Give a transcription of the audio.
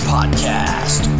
Podcast